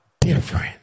different